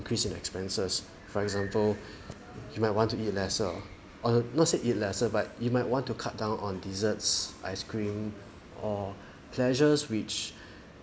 increase in expenses for example you might want to eat lesser or not say eat lesser but you might want to cut down on desserts ice cream or pleasures which